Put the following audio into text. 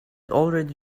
already